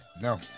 No